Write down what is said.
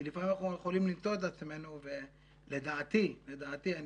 כי לפעמים אנחנו יכולים למצוא את עצמנו לדעתי לדעתי,